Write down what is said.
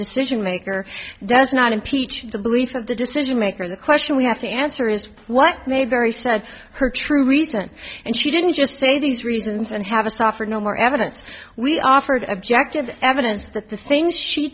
decision maker does not impeach the beliefs of the decision maker the question we have to answer is what maybury said her true reason and she didn't just say these reasons and have a softer no more evidence we offered objective evidence that the things she